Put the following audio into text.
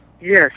yes